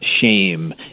shame